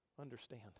understand